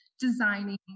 designing